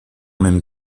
même